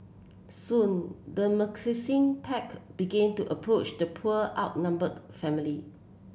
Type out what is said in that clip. soon the pack began to approach the poor outnumbered family